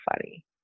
funny